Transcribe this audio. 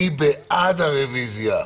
מי בעד הרוויזיה?